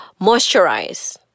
moisturize